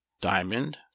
Diamond